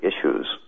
issues